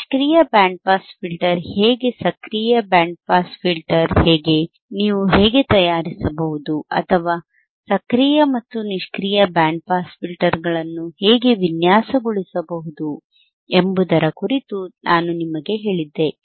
ನಿಷ್ಕ್ರಿಯ band pass filter ಹೇಗೆ ಸಕ್ರಿಯ ಬ್ಯಾಂಡ್ ಪಾಸ್ ಫಿಲ್ಟರ್ ಹೇಗೆ ನೀವು ಹೇಗೆ ತಯಾರಿಸಬಹುದು ಅಥವಾ ಸಕ್ರಿಯ ಮತ್ತು ನಿಷ್ಕ್ರಿಯ ಬ್ಯಾಂಡ್ ಪಾಸ್ ಫಿಲ್ಟರ್ಗಳನ್ನು ಹೇಗೆ ವಿನ್ಯಾಸಗೊಳಿಸಬಹುದು ಎಂಬುದರ ಕುರಿತು ನಾನು ನಿಮಗೆ ಹೇಳಿದ್ದೆ